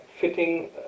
fitting